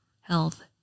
health